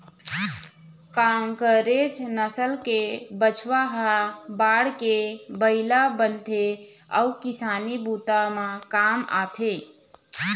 कांकरेज नसल के बछवा ह बाढ़के बइला बनथे अउ किसानी बूता म काम आथे